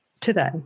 today